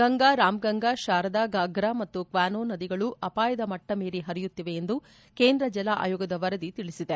ಗಂಗಾ ರಾಮ್ಗಂಗಾ ಶಾರದಾ ಫಾಗ್ರಾ ಮತ್ತು ಕ್ವಾನೋ ನದಿಗಳು ಅಪಾಯದ ಮಟ್ಟ ಮೀರಿ ಹರಿಯುತ್ತಿವೆ ಎಂದು ಕೇಂದ್ರ ಜಲ ಆಯೋಗದ ವರದಿ ತಿಳಿಸಿದೆ